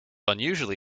unusually